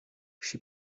she